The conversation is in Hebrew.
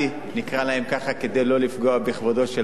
כדי שלא לפגוע בכבודו של אף מפיק ויוצר.